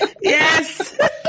Yes